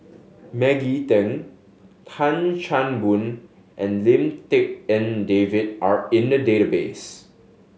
Maggie Teng Tan Chan Boon and Lim Tik En David are in the database